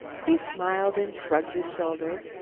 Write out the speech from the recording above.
he smiled and shrugged his shoulders.